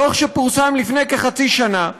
דוח שפורסם לפני כחצי שנה,